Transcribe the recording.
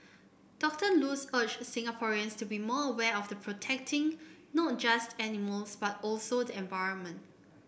Doctor Luz urged Singaporeans to be more aware of the protecting not just animals but also the environment